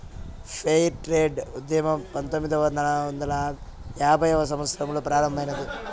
fair trade ఉద్యమం పంతొమ్మిదవ వందల యాభైవ సంవత్సరంలో ప్రారంభమైంది